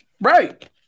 Right